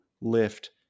lift